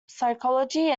psychology